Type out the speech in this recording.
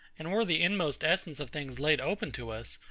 and were the inmost essence of things laid open to us,